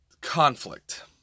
conflict